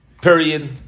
Period